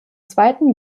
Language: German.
zweiten